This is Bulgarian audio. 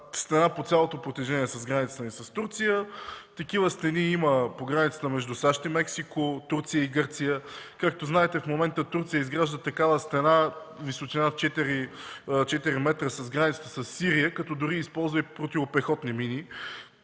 стена по цялото протежение на границата ни с Турция. Такива стени има по границите между САЩ и Мексико, Турция и Гърция. Както знаете, в момента Турция изгражда такава стена с височина 4 м на границата със Сирия, като дори използва противопехотни мини.